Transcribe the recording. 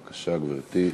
בבקשה, גברתי.